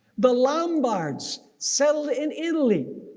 the lombards settle in italy.